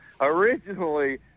originally